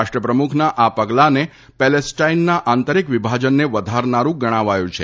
રાષ્ટ્રપ્રમુખના આ પગલાને પેલેસ્ટાઈનના આંતરિક વિભાજનને વધારનાડું ગણાવાયું છે